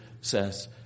says